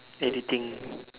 editing